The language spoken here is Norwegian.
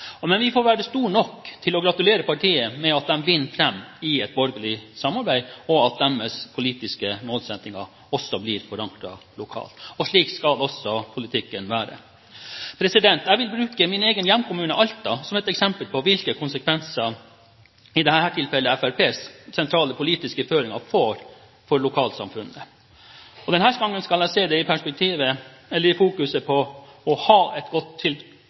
Men vi får være store nok til å gratulere partiet med at det vinner fram i et borgerlig samarbeid, og at deres politiske målsettinger også blir forankret lokalt. Slik skal politikken også være. Jeg vil bruke min egen hjemkommune, Alta, som et eksempel på hvilke konsekvenser – i dette tilfellet Fremskrittspartiets – sentrale politiske føringer får for lokalsamfunnet. Denne gangen vil jeg fokusere på det å gå fra et godt kulturtilbud til et